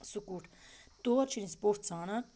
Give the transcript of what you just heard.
سُہ کُٹھ تور چھِنۍ أسۍ پوٚژھ ژانان